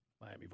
Miami